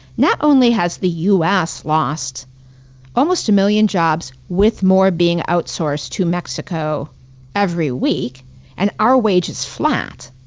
not only has the u. s. lost almost a million jobs with more being outsourced to mexico every week and our wages flat,